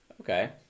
Okay